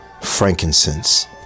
frankincense